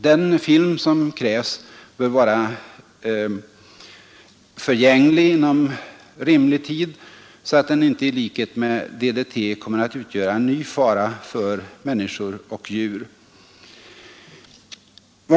Den film som krävs bör vara förgänglig inom rimlig tid så att den inte i likhet med DDT kommer att utgöra en ny fara för människor och djur.